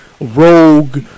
rogue